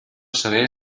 saber